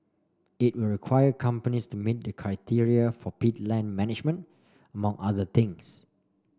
it will require companies to meet the criteria for peat land management among other things